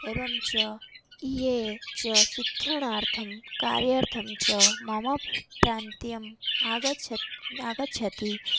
एवं च ये च शिक्षणार्थं कार्यार्थं च मम प्रान्त्यम् आगच्छत् आगच्छन्ति